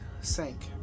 sank